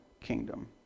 kingdom